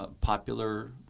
popular